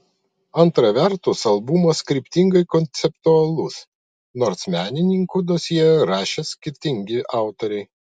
antra vertus albumas kryptingai konceptualus nors menininkų dosjė rašė skirtingi autoriai